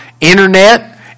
internet